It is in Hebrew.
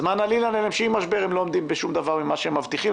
אז מה נלין עליהם שעם משבר הם לא עומדים בשום דבר ממה שהם מבטיחים?